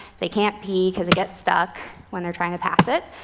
they can't pee because it gets stuck when they're trying to pass it,